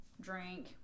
drink